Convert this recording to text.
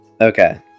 okay